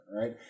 right